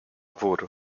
wór